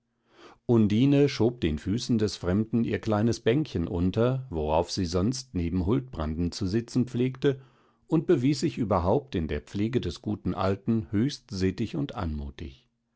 undine schob den füßen des fremden ihr kleines bänkchen unter worauf sie sonst neben huldbranden zu sitzen pflegte und bewies sich überhaupt in der pflege des guten alten höchst sittig und anmutig